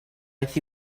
aeth